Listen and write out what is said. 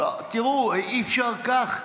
תראו, אי-אפשר כך.